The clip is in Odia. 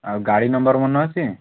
ଆଉ ଗାଡ଼ି ନମ୍ବର ମନେ ଅଛି